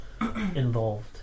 involved